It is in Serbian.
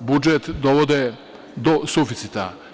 budžet dovode do suficita.